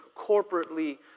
corporately